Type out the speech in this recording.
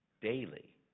Daily